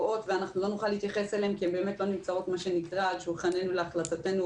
ולא לכולן נוכל להתייחס כי הן לא נמצאות על שולחננו או בסמכותנו.